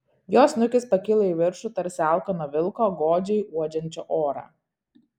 jo snukis pakilo į viršų tarsi alkano vilko godžiai uodžiančio orą